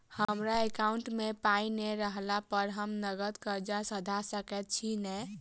हमरा एकाउंट मे पाई नै रहला पर हम नगद कर्जा सधा सकैत छी नै?